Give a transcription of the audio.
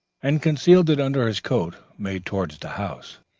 and concealing it under his coat made towards the house.